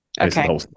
Okay